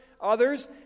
others